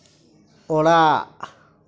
ᱚᱲᱟᱜ